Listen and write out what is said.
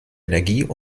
energie